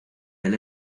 del